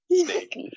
Snake